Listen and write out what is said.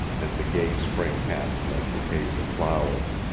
and the gay spring hats like bouquets of flowers.